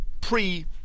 pre-